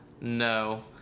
No